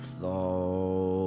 thought